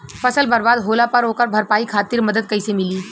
फसल बर्बाद होला पर ओकर भरपाई खातिर मदद कइसे मिली?